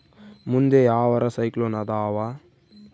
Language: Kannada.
ಮುಂದೆ ಯಾವರ ಸೈಕ್ಲೋನ್ ಅದಾವ?